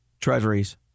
Treasuries